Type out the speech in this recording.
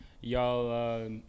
y'all